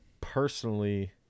personally